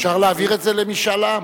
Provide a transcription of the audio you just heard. אפשר להעביר את זה למשאל עם.